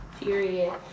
Period